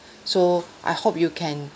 so I hope you can